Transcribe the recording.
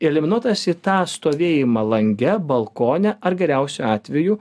eliminuotas į tą stovėjimą lange balkone ar geriausiu atveju